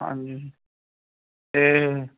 ਹਾਂਜੀ ਅਤੇ